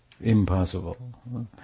impossible